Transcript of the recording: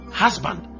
husband